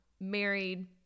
married